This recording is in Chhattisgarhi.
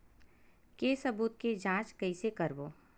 के सबूत के जांच कइसे करबो?